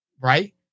right